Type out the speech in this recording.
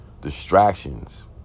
distractions